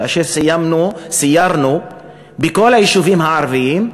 כאשר סיירנו בכל היישובים הערביים,